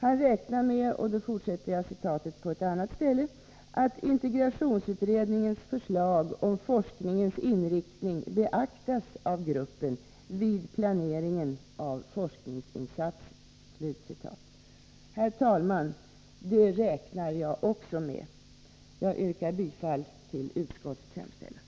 Han räknar också med ”att integrationsutredningens förslag om forskningens inriktning beaktas av gruppen vid planeringen av forskningsinsatser”. Herr talman! Det räknar också jag med, och därmed yrkar jag bifall till utskottets hemställan.